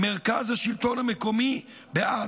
מרכז השלטון המקומי בעד,